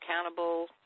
accountable